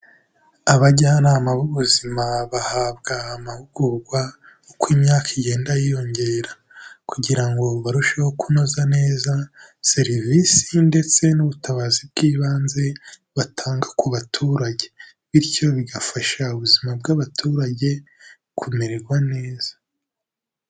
Abajyanama b'ubuzima bahabwa amahugurwa uko imyaka igenda yiyongera. Kugira ngo barusheho kunoza neza serivisi ndetse n'ubutabazi bw'ibanze batanga ku baturage, bityo bigafasha ubuzima bw'abaturage kumererwa neza.